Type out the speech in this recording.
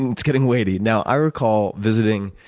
and it's getting weighty. now i recall visiting